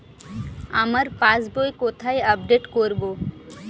আমার passbook কোথায় update করব?